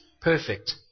perfect